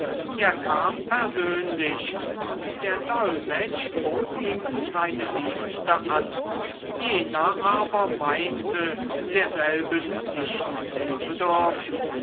er kam persönlich und der dolmetsch bot ihm seine dienste an jener aber meinte derselben nicht zu bedürfen